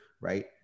right